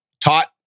taught